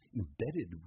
embedded